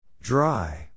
Dry